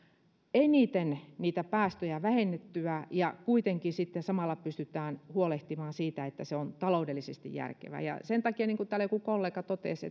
eniten niitä päästöjä vähennettyä ja kuitenkin sitten samalla pystytään huolehtimaan siitä että se on taloudellisesti järkevää sen takia niin kuin täällä joku kollega totesi